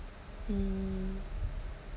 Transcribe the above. mm